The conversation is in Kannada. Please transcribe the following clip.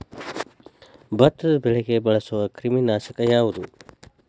ಭತ್ತದ ಬೆಳೆಗೆ ಬಳಸುವ ಕ್ರಿಮಿ ನಾಶಕ ಯಾವುದು?